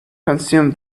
consume